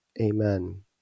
Amen